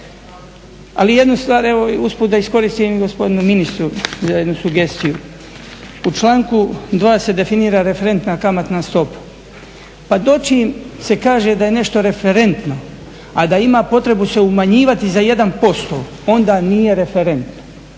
Ali jednu stvar, evo usput da iskoristim i gospodinu ministru za jednu sugestiju. U članku 2. se definira referenta kamatna stopa. Pa dočim se kaže da je nešto referentno, a da ima potrebu se umanjivati za 1% onda nije referentno